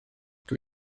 dwi